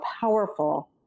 powerful